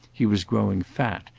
he was growing fat,